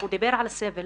הוא דיבר על סבל,